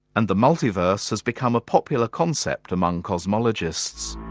and the multiverse has become a popular concept among cosmologists.